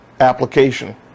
application